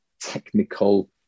technical